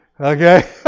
Okay